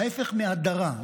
ההפך מהדרה.